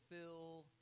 fill